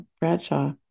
Bradshaw